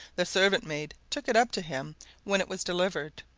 the servant-maid took it up to him when it was delivered,